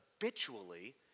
habitually